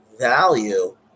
value